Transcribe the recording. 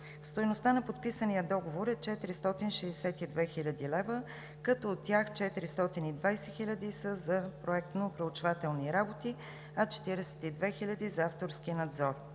Стойността на подписания договор е 462 хил. лв., като от тях 420 хил. лв. са за проектно-проучвателни работи, а 42 хил. лв. са за авторски надзор.